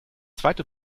zweite